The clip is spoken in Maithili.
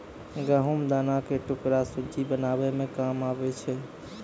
गहुँम दाना के टुकड़ा सुज्जी बनाबै मे काम आबै छै